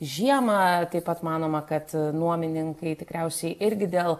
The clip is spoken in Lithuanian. žiemą taip pat manoma kad nuomininkai tikriausiai irgi dėl